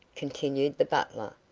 continued the butler.